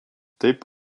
taip